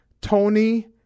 Tony